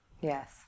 Yes